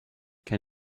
can